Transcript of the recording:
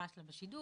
יש פשלה בשידור,